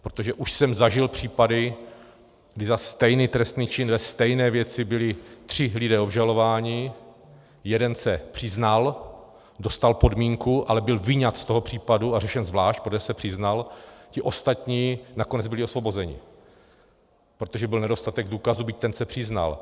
Protože už jsem zažil případy, kdy za stejný trestný čin ve stejné věci byli tři lidé obžalováni, jeden se přiznal, dostal podmínku, ale byl vyňat z toho případu a řešen zvlášť, protože se přiznal, ti ostatní byli nakonec osvobozeni, protože byl nedostatek důkazů, byť ten se přiznal.